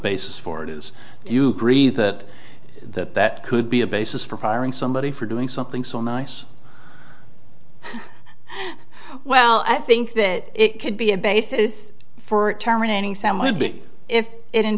basis for it is you agree that that that could be a basis for firing somebody for doing something so nice well i think that it could be a basis for terminating some would be if i